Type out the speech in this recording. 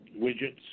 widgets